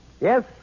Yes